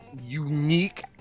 unique